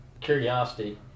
curiosity